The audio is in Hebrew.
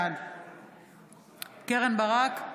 בעד קרן ברק,